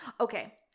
okay